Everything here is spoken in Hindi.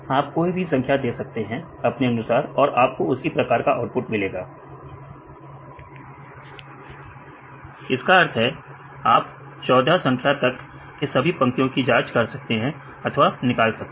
आप कोई भी संख्या दे सकते हैं अपने अनुसार और आपको उसी प्रकार का आउटपुट मिलेगा इसका अर्थ है आप 14 संख्या तक के सभी पंक्तियों की जांच कर सकते हैं अथवा निकाल सकते हैं